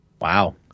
Wow